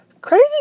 Crazy